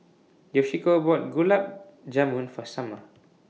Yoshiko bought Gulab Jamun For Summer